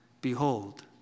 behold